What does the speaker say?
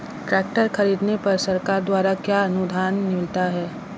Tractor खरीदने पर सरकार द्वारा क्या अनुदान मिलता है?